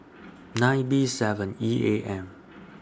nine B seven E A M